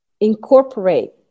incorporate